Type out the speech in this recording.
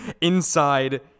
Inside